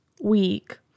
week